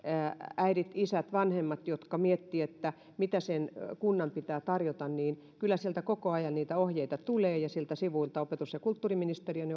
äidit isät vanhemmat jotka miettivät mitä sen kunnan pitää tarjota niin kyllä sieltä koko ajan niitä ohjeita tulee ja opetus ja kulttuuriministeriön